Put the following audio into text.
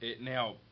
now